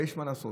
ויש מה לעשות.